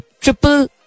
triple